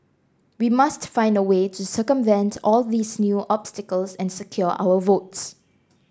we must find a way to circumvent all these new obstacles and secure our votes